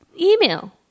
Email